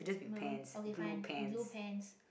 maroon okay fine blue pants